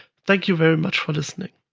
thank you very much for listening.